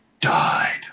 died